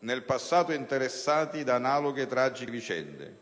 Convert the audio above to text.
nel passato interessati da analoghe tragiche vicende,